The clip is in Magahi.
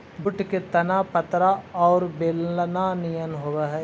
जूट के तना पतरा औउर बेलना निअन होवऽ हई